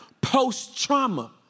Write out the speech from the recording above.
post-trauma